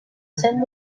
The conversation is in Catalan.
cent